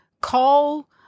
call